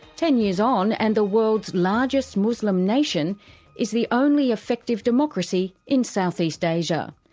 ten years on, and the world's largest muslim nation is the only effective democracy in south east asia.